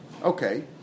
okay